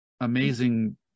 amazing